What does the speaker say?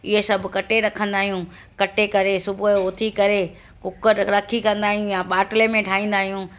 इहे सभु कटे रखंदा आहियूं कटे करे सुबुह जो उथी करे कुकर रखी कंदा आहियूं या बाटले में ठाहींदा आहियूं